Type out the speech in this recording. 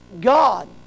God